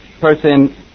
person